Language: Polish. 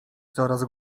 coraz